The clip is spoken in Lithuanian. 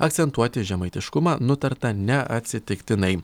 akcentuoti žemaitiškumą nutarta neatsitiktinai